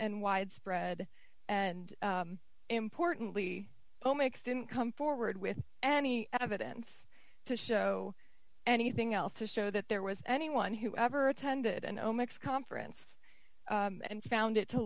and widespread and importantly no makes didn't come forward with any evidence to show anything else to show that there was anyone who ever attended an all mixed conference and found